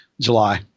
July